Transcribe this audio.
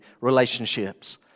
relationships